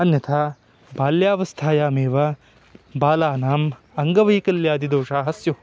अन्यथा बाल्यावस्थायामेव बालानाम् अङ्गवैकल्यादिदोषाः स्युः